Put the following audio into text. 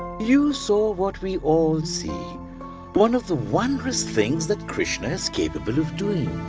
you saw what we all see one of the wondrous things that krishna is capable of doing.